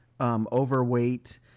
overweight